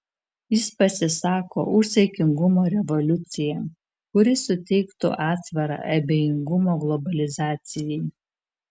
jis pasisako už saikingumo revoliuciją kuri suteiktų atsvarą abejingumo globalizacijai